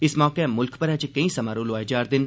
इस मौके मुल्ख भरै च केई समारोह लोआए जा'रदे न